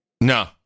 No